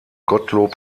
gottlob